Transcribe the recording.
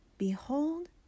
Behold